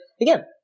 again